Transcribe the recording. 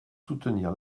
soutenir